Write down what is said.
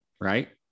right